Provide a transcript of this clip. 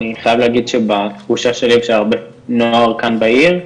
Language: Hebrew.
אני חייב להגיד שבתחושה שלי ושל הרבה נוער כאן בעיר,